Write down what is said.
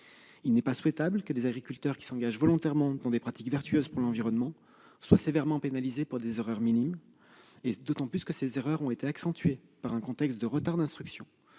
Il n'est pas souhaitable que des agriculteurs qui s'engagent volontairement dans des pratiques vertueuses pour l'environnement soient sévèrement pénalisés pour des erreurs minimes. D'autant que ces erreurs ont été accentuées par des retards d'instruction